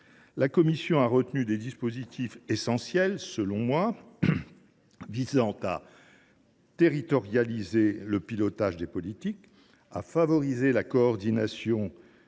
sociales a retenu des dispositifs, essentiels selon moi, visant à territorialiser le pilotage des politiques, à favoriser la coordination